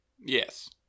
yes